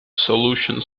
solution